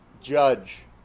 judge